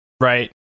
Right